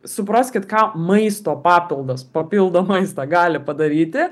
supraskit ką maisto papildas papildo maistą gali padaryti